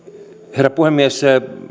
herra puhemies